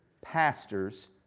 pastors